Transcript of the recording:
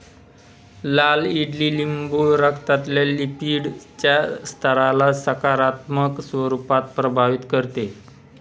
लाल ईडलिंबू रक्तातल्या लिपीडच्या स्तराला सकारात्मक स्वरूपात प्रभावित करते